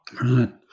Right